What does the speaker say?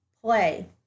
play